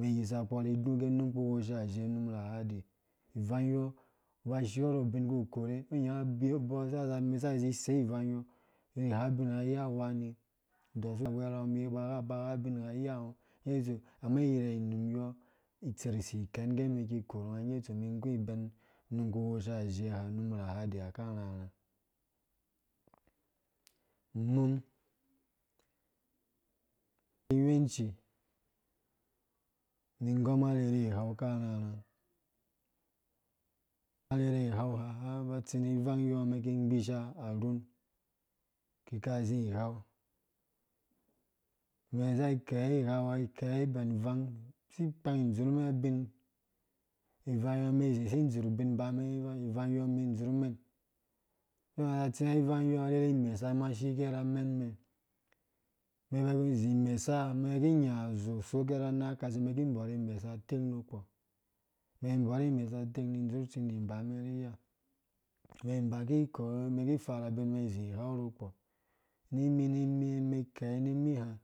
Mĩ yisa kpo nĩ dũ age unun kpu wɔɔla azhe num rahadi ivang yɔ ngɔ ba shiɔ nũ bin ku korhe ngɔ nyã abo saka za sei ivang yɔ zĩ gha bin gha nĩ ya wanĩ dosu awɛrhangɔ ba gha bin gha ni ya ngɔ imum yɔ itserh si ikɛn ngge ki korhungã ngge tsu mĩ gũ ĩbɛn num rhahadi ha akarhãrhã. mum nu awɔ kinch mĩ ngɔm arherhu ighar akarhãrha ~ arherherhi ighaw ha ja ba tsi nĩ ivang iyɔ mĩ nĩ gbisha arhũ kika zĩ ighaw mẽ saki kei ighaw ikei bɛn ivang si kpang ĩdzurh bin ĩban mɛn ib-vang yɔ mɛn dzurh mɛn tsia nĩ vang yɔ arherhi mesa ma shike ra mɛn mɛ mɛn mɛn baki nya azo asoke nã nan akase mɛn ki borhe imesaha teng nu kpomɛn bɔrhe imesa teng nĩ ndzurh tsĩndĩ ibamɛniya mɛn bai ba mɛn ki varhe abin mɛn zĩ ighaw nũkpɔ nĩ mĩ nĩmĩ mɛɛ kɛi nĩ mĩhã mĩ